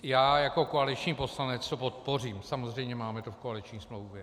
Já jako koaliční poslanec to podpořím, samozřejmě máme to v koaliční smlouvě.